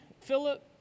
Philip